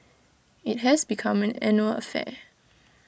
IT has become an annual affair